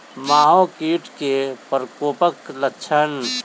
माहो कीट केँ प्रकोपक लक्षण?